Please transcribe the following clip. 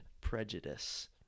prejudice